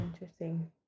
interesting